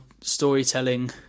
storytelling